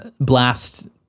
blast